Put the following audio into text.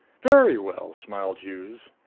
very well, smiled hughes.